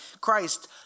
Christ